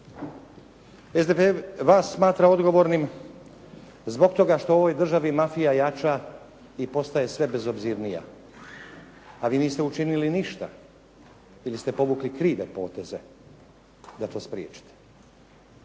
SDP vas smatra odgovornim zbog toga što u ovoj državi mafija jača i postaje sve bezobzirnija, a vi niste učinili ništa ili ste povukli krive poteze da to spriječite.